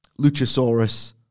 Luchasaurus